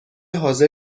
حاضر